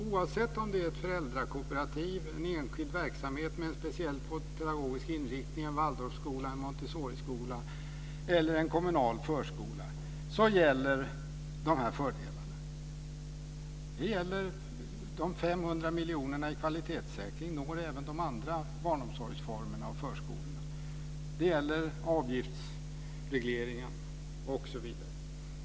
Oavsett om det är ett föräldrakooperativ, en enskild verksamhet med en speciell pedagogisk inriktning - en Waldorfskola eller en Montessoriskola - eller en kommunal förskola så gäller de här fördelarna. Det gäller de 500 miljonerna i kvalitetssäkring. De går även till de andra barnomsorgsformerna och förskolorna. Det gäller avgiftsregleringen osv.